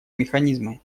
механизмы